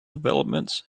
developments